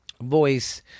voice